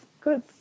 Good